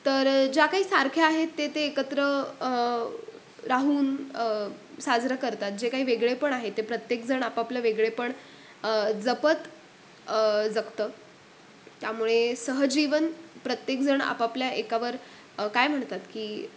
तर ज्या काही सारख्या आहेत ते ते एकत्र राहून साजरं करतात जे काही वेगळेपण आहे ते प्रत्येकजण आपापल्या वेगळेपण जपत जगतं त्यामुळे सहजीवन प्रत्येकजण आपापल्या एकावर काय म्हणतात की